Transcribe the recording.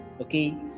okay